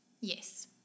yes